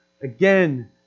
again